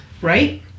Right